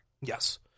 Yes